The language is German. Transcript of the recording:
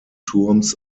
turms